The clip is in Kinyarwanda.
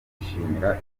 bishimira